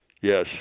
Yes